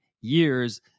years